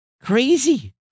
crazy